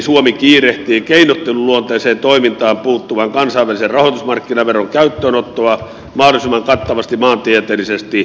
suomi kiirehtii keinotteluluonteiseen toimintaan puuttuvan kansainvälisen rahoitusmarkkinaveron käyttöönottoa mahdollisimman kattavasti maantieteellisesti